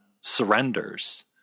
surrenders